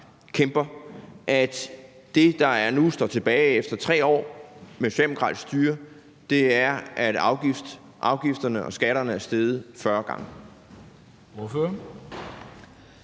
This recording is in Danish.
at det, der nu står tilbage efter 3 år med socialdemokratisk styre, er, at afgifterne og skatterne er steget 40 gange?